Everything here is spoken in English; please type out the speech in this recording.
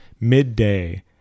Midday